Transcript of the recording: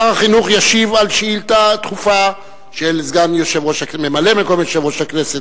שר החינוך ישיב על שאילתא דחופה של ממלא-מקום יושב-ראש הכנסת,